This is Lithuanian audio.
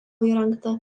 įrengta